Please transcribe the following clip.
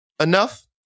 enough